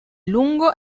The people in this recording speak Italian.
lungo